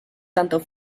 tanto